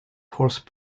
horse